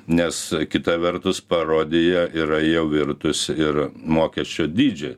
nes kita vertus parodija yra jau virtus ir mokesčio dydžiai